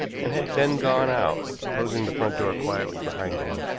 and had then gone out, closing the front door quietly behind him.